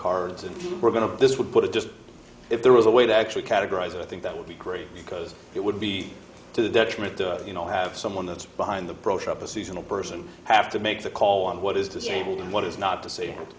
cards and we're going to this would put it just if there was a way to actually categorize it i think that would be great because it would be to the detriment you know have someone that's behind the pro shop a seasonal person have to make the call on what is disabled and what is not to sa